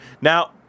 Now